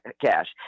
Cash